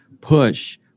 push